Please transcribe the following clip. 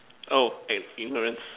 oh and ignorance